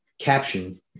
caption